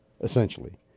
essentially